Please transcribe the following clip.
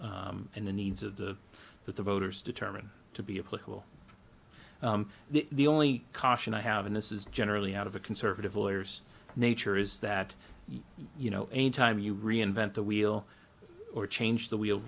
and the needs of the that the voters determine to be a political the only caution i have in this is generally out of a conservative lawyers nature is that you know a time you reinvent the wheel or change the wheel